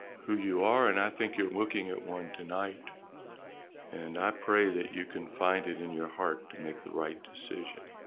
who you are and i think you're looking at one tonight and i pray that you can find it in your heart to make the right decision.